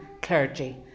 clergy